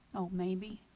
oh maybe